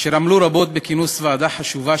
אשר עמלו רבות בכינוס ועדה חשובה,